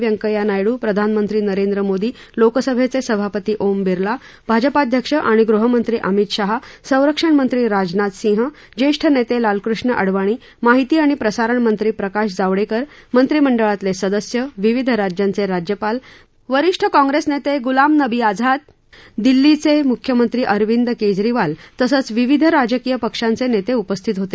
व्यकंय्या नायडू प्रधानमंत्री नरेंद्र मोदी लोकसभेचे सभापती ओम बिर्ला भाजपाध्यक्ष आणि गृहमंत्री अमित शहा संरक्षणमंत्री राजनाथ सिंह ज्येष्ठ नेते लालकृष्ण अडवाणी माहिती आणि प्रसारण मंत्री प्रकाश जावडेकर मंत्रिमंडळातले सदस्य विविध राज्यांचे राज्यपाल वरिष्ठ काँग्रेस नेते गुलाम नबी आझाद दिल्लीचे मुख्यमंत्री अरविंद केजरीवाल आणि तसंच विविध राजकीय पक्षांचे नेते उपस्थित होते